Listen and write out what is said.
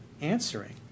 answering